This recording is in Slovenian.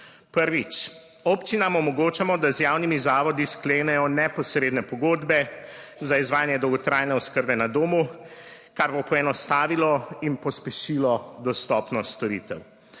Prvič, občinam omogočamo, da z javnimi zavodi sklenejo neposredne pogodbe. Za izvajanje dolgotrajne oskrbe na domu, kar bo poenostavilo in pospešilo dostopnost storitev.